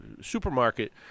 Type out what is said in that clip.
supermarket